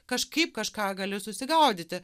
kažkaip kažką gali susigaudyti